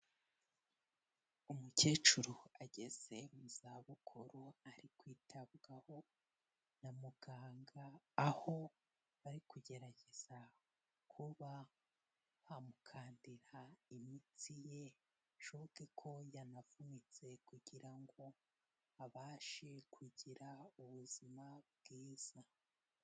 Umukecuru ageze mu zabukuru ari kwitabwaho na muganga, aho ari kugerageza kuba amukandira imitsi ye bishoboke ko yanavunitse kugira ngo abashe kugira ubuzima bwiza.